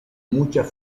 muchas